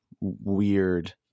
weird